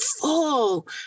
full